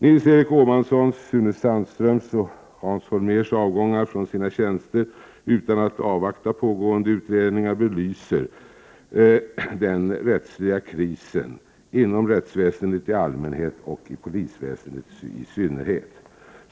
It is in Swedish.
Nils Erik Åhmanssons, Sune Sandströms och Hans Holmérs avgångar från sina tjänster utan att avvakta pågående utredningar belyser den rättsliga krisen inom rättsväsendet i allmänhet och inom polisväsendet i synnerhet.